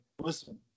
listen